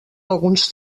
alguns